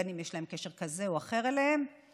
בין שיש להם קשר כזה או אחר אליהם ובין שלא.